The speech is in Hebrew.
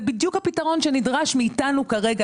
זה בדיוק הפתרון שנדרש מאיתנו כרגע,